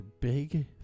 big